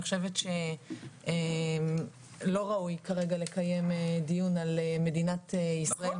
אני חושבת שלא ראוי כרגע לקיים דיון על מדינת ישראל,